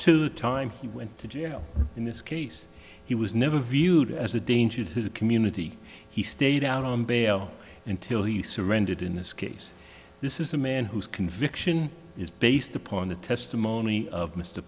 to the time he went to jail in this case he was never viewed as a danger to the community he stayed out on bail until he surrendered in this case this is a man whose conviction is based upon the testimony of m